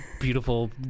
beautiful